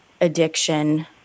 addiction